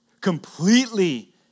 Completely